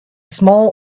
small